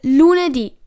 lunedì